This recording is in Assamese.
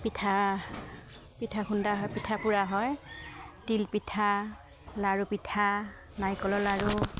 পিঠা পিঠা খুন্দা হয় পিঠা পুৰা হয় তিল পিঠা লাৰু পিঠা নাৰিকলৰ লাৰু